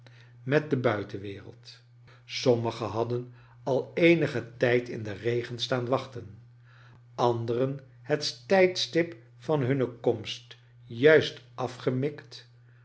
met de buitenwereld sommigen hadden al eenigen tijd in den regen staan wachten anderen het tijdstip van hunne komst juist afgemikt